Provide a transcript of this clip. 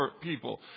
people